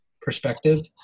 perspective